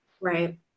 Right